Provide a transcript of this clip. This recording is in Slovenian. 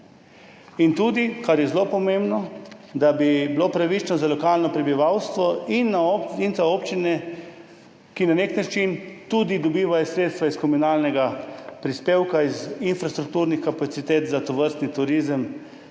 in tudi, kar je zelo pomembno, da bi bilo pravično za lokalno prebivalstvo in za občine, ki na nek način tudi dobivajo sredstva iz komunalnega prispevka, iz infrastrukturnih kapacitet za tovrstni turizem,